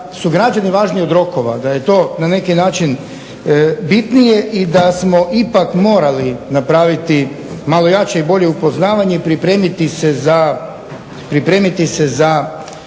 građani važniji od rokova, da je to na neki način bitnije i da smo ipak morali napraviti malo jače i bolje upoznavanje i pripremiti se za